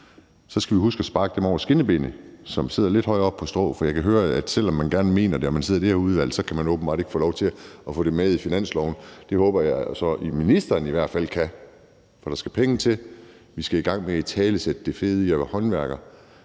Så skal vi huske at sparke dem over skinnebenet, som sidder lidt højere oppe på strå, for jeg kan høre, at selv om man gerne mener det og sidder i det her udvalg, kan man åbenbart ikke få lov til at få det med i finansloven. Det håber jeg så at ministeren i hvert fald kan. For der skal penge til. Vi skal i gang med at italesætte det fede i at være håndværker.